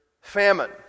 famine